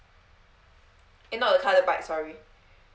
eh not the car the bike sorry